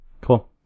Cool